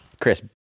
Chris